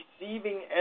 Receiving